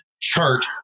chart